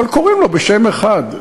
אבל קוראים לו בשם אחד,